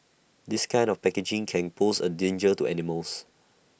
this kind of packaging can pose A danger to animals